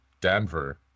Denver